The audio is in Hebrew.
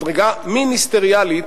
מדרגה מיניסטריאלית,